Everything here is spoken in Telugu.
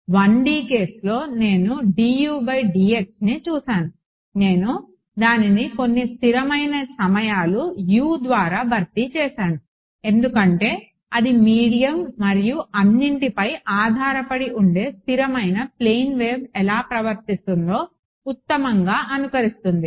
1D కేస్లో నేను dudxని చూసాను నేను దానిని కొన్ని స్థిరమైన సమయాలు u ద్వారా భర్తీ చేసాను ఎందుకంటే అది మీడియం మరియు అన్నింటిపై ఆధారపడి ఉండే స్థిరమైన ప్లేన్ వేవ్ ఎలా ప్రవర్తిస్తుందో ఉత్తమంగా అనుకరిస్తుంది